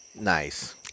Nice